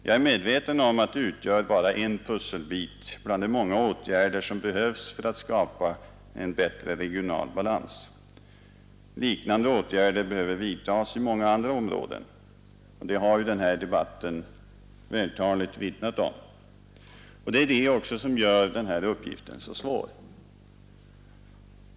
Jag är medveten om att de utgör bara en pusselbit bland de många åtgärder som behövs för att skapa en bättre regional balans. Liknande åtgärder behöver vidtas i många andra områden — det har ju den här debatten vältaligt vittnat om. Det är också detta som gör uppgiften så svår.